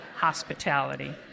hospitality